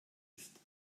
ist